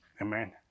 Amen